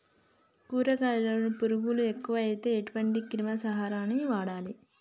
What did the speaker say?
కూరగాయలలో పురుగులు ఎక్కువైతే ఎటువంటి క్రిమి సంహారిణి వాడాలి?